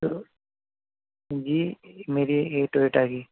تو جی میری اے ٹوئٹا کی